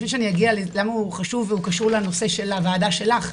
לפני שאני אגיע ללמה הוא חשוב והוא קשור לנושא של הועדה שלך,